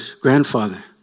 grandfather